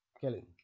killing